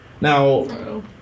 Now